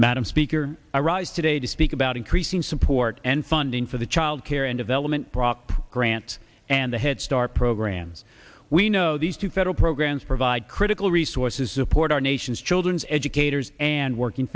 madam speaker i rise today to speak about increasing support and funding for the childcare and development prop grant and the head start programs we know these two federal programs provide critical resources support our nation's children's educators and working